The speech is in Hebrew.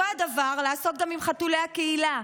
אותו דבר לעשות גם עם חתולי הקהילה,